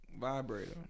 vibrator